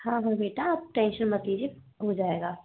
हाँ हाँ बेटा आप टेंशन मत लीजिए हो जाएगा